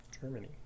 Germany